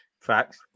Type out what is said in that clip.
facts